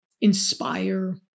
inspire